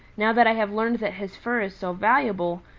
now that i have learned that his fur is so valuable,